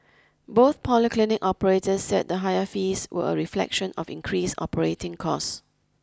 both polyclinic operators said the higher fees were a reflection of increased operating costs